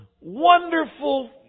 wonderful